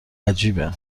عجیبه